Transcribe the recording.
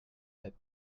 sept